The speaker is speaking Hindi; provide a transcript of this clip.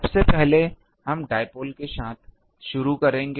सबसे पहले हम डाइपोल के साथ शुरू करेंगे